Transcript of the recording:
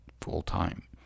full-time